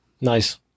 Nice